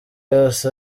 yose